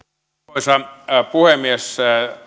arvoisa puhemies